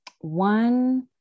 One